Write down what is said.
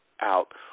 out